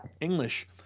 English